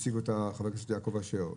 הציג אותה חבר הכנסת יעקב אשר,